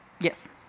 Yes